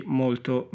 molto